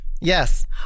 Yes